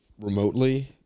remotely